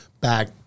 back